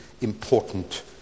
important